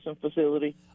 facility